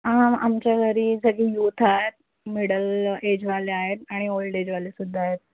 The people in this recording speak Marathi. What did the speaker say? आमच्या घरी सगळी युथ आहे मिडल एजवाले आहेत आणि ओल्ड एजवाले सुद्धा आहेत